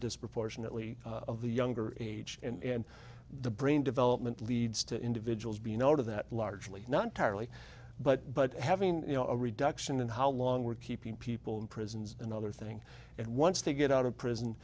disproportionately of the younger age and the brain development leads to individuals be noted that largely not entirely but but having you know a reduction in how long we're keeping people in prisons and the other thing and once they get out of prison